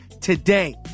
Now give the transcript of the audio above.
today